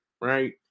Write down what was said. right